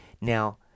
Now